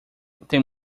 tem